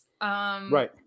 Right